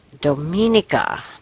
Dominica